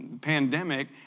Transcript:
pandemic